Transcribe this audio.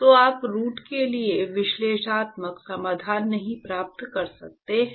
तो आप रूट के लिए विश्लेषणात्मक समाधान नहीं प्राप्त कर सकते हैं